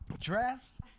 Dress